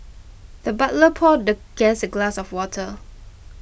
the butler poured the guest a glass of water